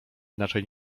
inaczej